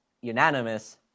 unanimous